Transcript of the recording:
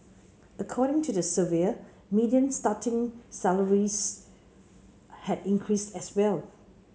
according to the survey median starting salaries had increased as well